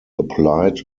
applied